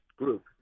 group